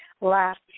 last